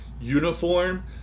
uniform